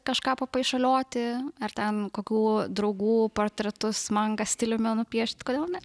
kažką papaišalioti ar ten kokių draugų portretus manga stiliumi nupiešt kodėl ne